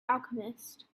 alchemist